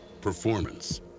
Performance